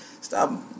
stop